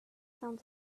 sounds